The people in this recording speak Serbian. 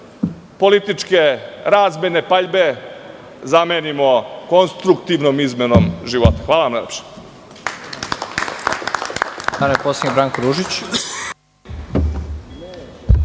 političke razmene, paljbe zamenimo konstruktivnom izmenom života. Hvala vam najlepše.